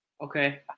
Okay